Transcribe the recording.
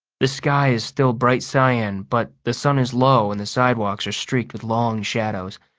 the sky is still bright cyan but the sun is low and the sidewalks are streaked with long shadows.